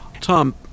Tom